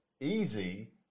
easy